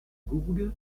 gourgue